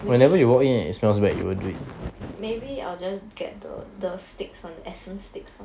maybe maybe I'll just get the the sticks one essence sticks [one]